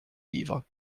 livres